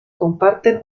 comparten